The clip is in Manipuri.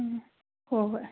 ꯎꯝ ꯍꯣꯏ ꯍꯣꯏ